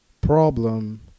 problem